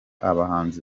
abahanzi